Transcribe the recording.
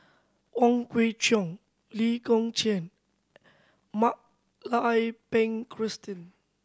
Wong Kwei Cheong Lee Kong Chian Mak Lai Ping Christine